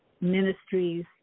ministries